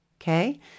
Okay